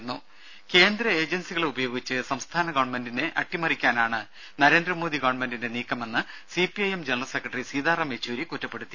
രും കേന്ദ്ര ഏജൻസികളെ ഉപയോഗിച്ച് സംസ്ഥാന ഗവൺമെന്റിന്റെ അട്ടിമറിക്കാനാണ് നരേന്ദ്രമോദി ഗവൺമെന്റിന്റെ നീക്കമെന്ന് CPIM general secretary Sitaram Yechury കുറ്റപ്പെടുത്തി